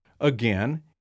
Again